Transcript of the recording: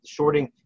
shorting